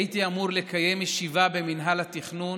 הייתי אמור לקיים ישיבה במינהל התכנון